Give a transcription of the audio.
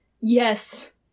Yes